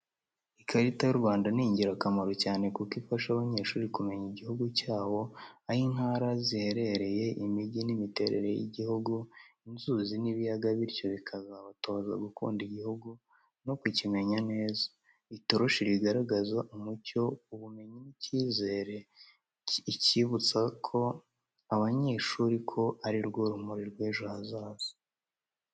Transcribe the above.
Ikarita y’u Rwanda ni ingirakamaro cyane kuko ifasha abanyeshuri kumenya igihugu cyabo, aho intara ziherereye, imijyi n’imiterere y’igihugu, inzuzi n'ibiyaga bityo bikabatoza gukunda igihugu no kukimenya neza. Itoroshi rigaragaza umucyo, ubumenyi n’icyizere, ikibutsa ko abanyeshuri ko ari rwo rumuri rw'ejo hazaza.